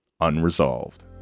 unresolved